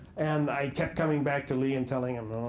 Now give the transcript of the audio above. and i kept coming back to lee and telling him,